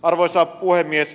arvoisa puhemies